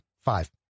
Five